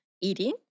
eating